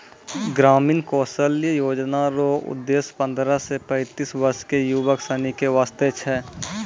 ग्रामीण कौशल्या योजना रो उद्देश्य पन्द्रह से पैंतीस वर्ष के युवक सनी के वास्ते छै